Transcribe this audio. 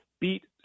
beat